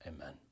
Amen